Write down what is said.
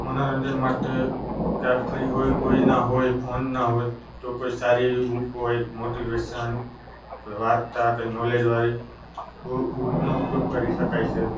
મનોરંજન માટે ક્યારેક ફ્રી હોય કોઈ ના હોય ફોન ના હોય તો કોઈ સારી એવી બૂક હોય મોટિવેસન કોઈ વાર્તા કંઈ નોલેજવાળી તો બુૂનો ઉપયોગ કરી શકાય છે